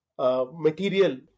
Material